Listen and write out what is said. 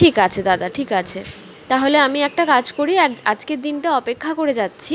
ঠিক আছে দাদা ঠিক আছে তাহলে আমি একটা কাজ করি আজকের দিনটা অপেক্ষা করে যাচ্ছি